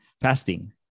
fasting